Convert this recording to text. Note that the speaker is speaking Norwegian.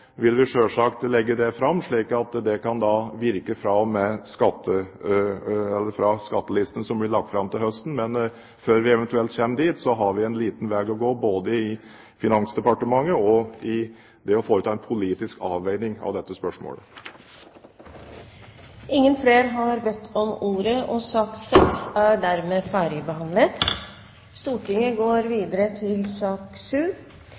kan virke fra skattelistene som blir lagt fram til høsten. Men før vi eventuelt kommer dit, har vi en liten veg å gå i Finansdepartementet og ved å foreta en politisk avveining av dette spørsmålet. Flere har ikke bedt om ordet til sak